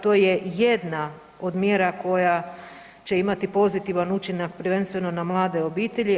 To je jedna od mjera koja će imati pozitivan učinak prvenstveno na mlade obitelji.